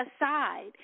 aside